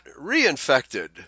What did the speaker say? reinfected